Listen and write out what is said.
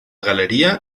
galeria